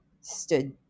stood